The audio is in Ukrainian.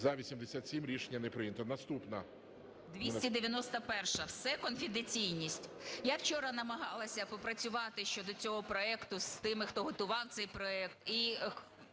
За-101 Рішення не прийнято.